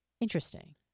Interesting